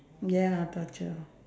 ya torture lah